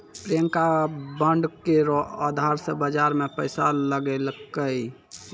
Priyanka bond केरो अधार से बाजार मे पैसा लगैलकै